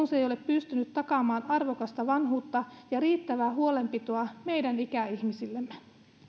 se ei ole pystynyt takaamaan arvokasta vanhuutta ja riittävää huolenpitoa meidän ikäihmisillemme